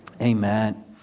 amen